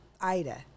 Ida